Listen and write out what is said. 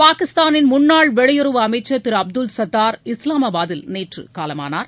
பாகிஸ்தானின் முன்னாள் வெளியுறவு அமைச்சர் திரு அப்துல் சத்தார் இஸ்லாமாபாத்தில் நேற்று காலமானார்